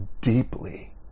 deeply